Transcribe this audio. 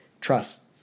Trust